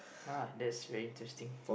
!huh! that's very interesting